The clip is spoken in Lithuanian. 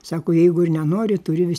sako jeigu ir nenori turi vis